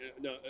no